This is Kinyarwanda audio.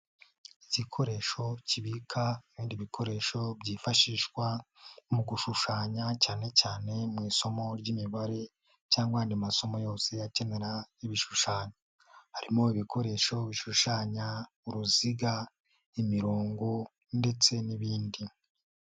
Igikoresho kibika ibindi bikoresho byifashishwa mu gushushanya cyanecyane mu isomo ry'imibare cyangwa ayandi masomo yose akenera ibishushanyo. Harimo ibikoresho bishushanya uruziga, imirongo ndetse n'ibindi.